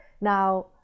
Now